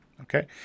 Okay